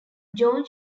john